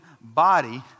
body